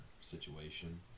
situation